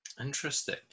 Interesting